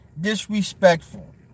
disrespectful